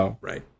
Right